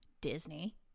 Disney